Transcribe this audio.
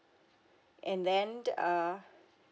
and then the ah